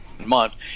Months